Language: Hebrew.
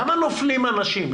למה נופלים אנשים?